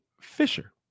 Fisher